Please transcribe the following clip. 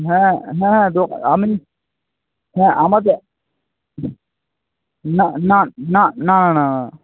হ্যাঁ হ্যাঁ দো আ আমি হ্যাঁ আমাদের না না না না না না না